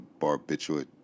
barbiturate